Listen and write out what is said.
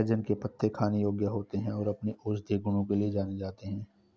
सहजन के पत्ते खाने योग्य होते हैं और अपने औषधीय गुणों के लिए जाने जाते हैं